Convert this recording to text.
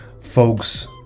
folks